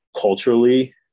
culturally